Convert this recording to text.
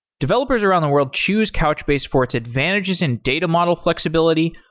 developers around the world choose couchbase for its advantages in data model flexibility,